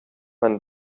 man